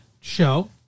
show